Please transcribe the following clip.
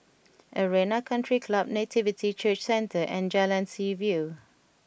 Arena Country Club Nativity Church Centre and Jalan Seaview